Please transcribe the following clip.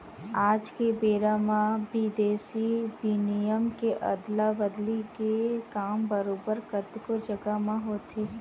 आज के बेरा म बिदेसी बिनिमय के अदला बदली के काम बरोबर कतको जघा म होथे